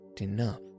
enough